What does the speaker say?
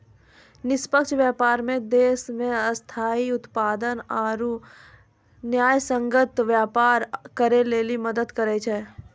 निष्पक्ष व्यापार मे देश मे स्थायी उत्पादक आरू न्यायसंगत व्यापार करै लेली मदद करै छै